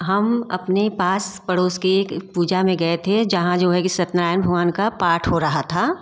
हम अपने पास पड़ोस के एक पूजा में गए थे जहाँ जो है कि सत्य नारायण भगवान का पाठ हो रहा था